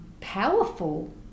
powerful